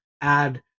add